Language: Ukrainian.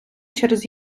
через